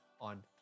on